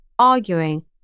arguing